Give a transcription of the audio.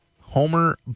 Homer